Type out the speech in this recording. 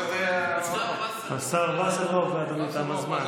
השר וסרלאוף, ואתה, זמן.